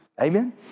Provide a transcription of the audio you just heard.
Amen